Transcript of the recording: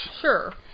Sure